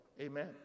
amen